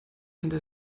hinter